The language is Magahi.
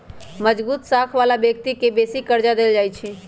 मजगुत साख बला व्यक्ति के बेशी कर्जा देल जाइ छइ